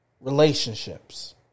relationships